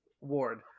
Ward